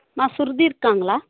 அம்மா சுருதி இருக்காங்களா